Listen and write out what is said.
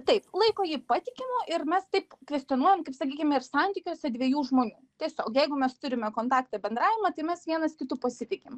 taip laiko jį patikimu ir mes taip kvestionuojam kaip sakykime ir santykiuose dviejų žmonių tiesiog jeigu mes turime kontaktą bendravimą tai mes vienas kitu pasitikim